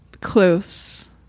close